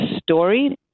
story